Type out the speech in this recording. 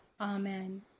Amen